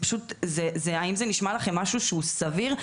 זה פשוט, האם זה נשמע לכם משהו שהוא סביר?